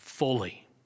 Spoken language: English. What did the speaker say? Fully